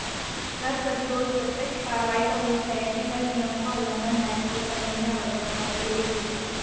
कर प्रतिरोध प्रत्यक्ष कार्रवाई का रूप है, यदि कर नियमों का उल्लंघन है, तो सविनय अवज्ञा का भी एक रूप है